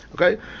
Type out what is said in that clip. Okay